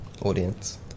audience